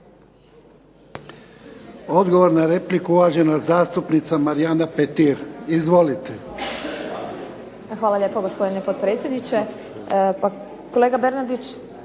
Odgovor na repliku, uvažena zastupnica Marijana Petir. Izvolite. **Petir, Marijana (HSS)** Hvala lijepa gospodine potpredsjedniče. Pa kolega Bernardić